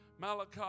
Malachi